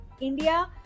India